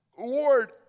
Lord